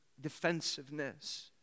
defensiveness